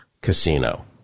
Casino